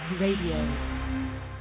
radio